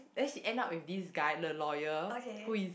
then she end up with this guy the lawyer who is